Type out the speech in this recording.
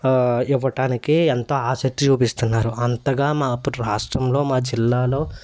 ఇవ్వటానికి ఎంతో ఆసక్తి చూపిస్తున్నారు అంతగా మా అప్పుటి రాష్ట్రంలో మా జిల్లాలో